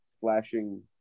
flashing